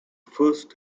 first